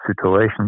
situation